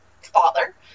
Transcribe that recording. father